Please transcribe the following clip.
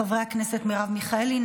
חברי הכנסת מרב מיכאלי,